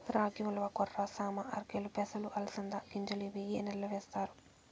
రాగి, ఉలవ, కొర్ర, సామ, ఆర్కెలు, పెసలు, అలసంద గింజలు ఇవి ఏ నెలలో వేస్తారు?